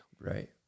Right